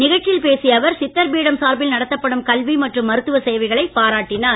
நிகழ்ச்சியில் பேசிய அவர் சித்தர் பீடம் சார்பில் நடத்தப்படும் கல்வி மற்றும் மருத்துவ சேவைகளை ஆளுனர் பாராட்டினார்